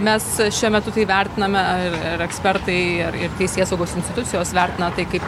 mes šiuo metu tai vertiname ir ir ekspertai ir ir teisėsaugos institucijos vertina tai kaip